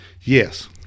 Yes